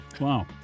Wow